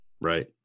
Right